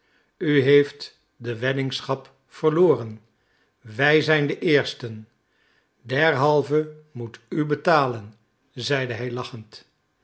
u heeft de weddingschap verloren wij zijn de eersten derhalve moet u betalen zeide hij lachend